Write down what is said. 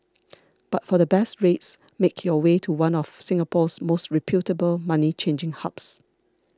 but for the best rates make your way to one of Singapore's most reputable money changing hubs